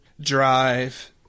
drive